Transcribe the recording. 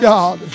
God